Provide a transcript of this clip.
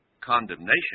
condemnation